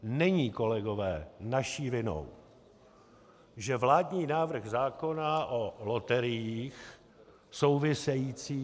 Není, kolegové, naší vinou, že vládní návrh zákona o loteriích související...